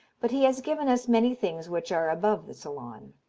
but he has given us many things which are above the salon.